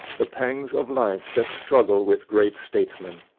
the pangs of life, that struggle with great statesmen.